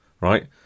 right